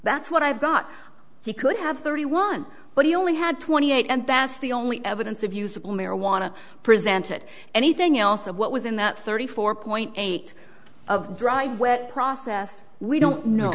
that's what i've got he could have thirty one but he only had twenty eight and that's the only evidence of usable marijuana presented anything else of what was in that thirty four point eight of dr process we don't know